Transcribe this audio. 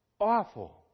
awful